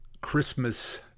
Christmas